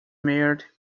married